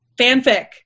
Fanfic